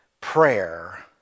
prayer